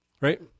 Right